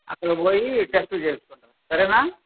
అక్కడ పోయి టెస్టులు చెయ్యించుకోండి సరేనా